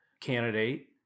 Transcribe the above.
candidate